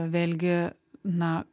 vėlgi na